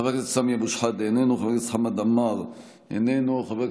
חבר הכנסת עיסאווי פריג' איננו,